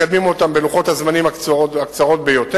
ומקדמים אותן בלוחות הזמנים הקצרים ביותר.